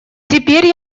теперь